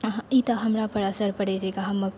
ई तऽ हमरापर असर पड़ै छै कि हम